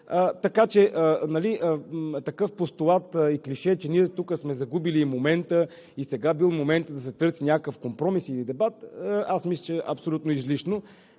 Така че такъв постулат и клише, че ние тук сме загубили момента и сега бил моментът да се търси някакъв компромис или дебат, мисля, че е абсолютно излишно.